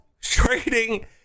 trading